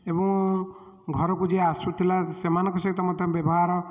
ଏବଂ ଘରକୁ ଯିଏ ଆସୁଥିଲା ସେମାନଙ୍କ ସହିତ ମଧ୍ୟ ବ୍ୟବହାର